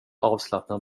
avslappnad